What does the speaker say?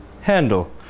handle